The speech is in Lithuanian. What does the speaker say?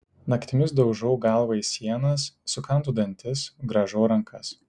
naktimis daužau galvą į sienas sukandu dantis grąžau rankas